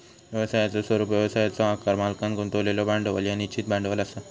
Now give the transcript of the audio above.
व्यवसायाचो स्वरूप, व्यवसायाचो आकार, मालकांन गुंतवलेला भांडवल ह्या निश्चित भांडवल असा